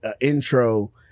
intro